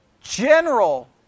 General